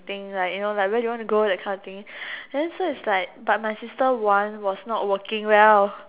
think like you know where do you want to go that kind of thing then so is like but my sister one was not working well